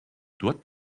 doit